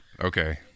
Okay